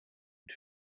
het